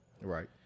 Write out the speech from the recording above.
Right